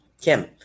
Kim